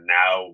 now